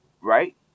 Right